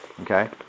Okay